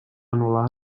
anul·lar